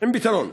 עם פתרון.